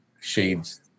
Shades